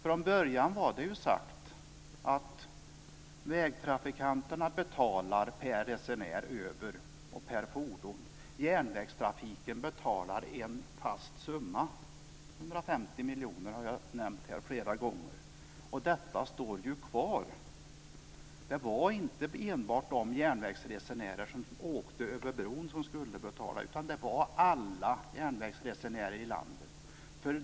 Från början var det sagt att vägtrafikanterna skulle betala per resenär över bron och per fordon. Järnvägstrafiken skulle betala en fast summa - jag har flera gånger nämnt summan 150 miljoner. Detta står ju kvar. Det var inte enbart de järnvägsresenärer som åker över bron som skulle betala, utan det var alla järnvägsresenärer i landet.